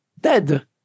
dead